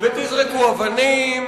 ותזרקו אבנים,